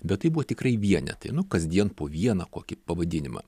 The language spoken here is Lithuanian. bet tai buvo tikrai vienetai nu kasdien po vieną kokį pavadinimą